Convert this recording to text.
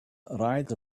rides